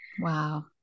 Wow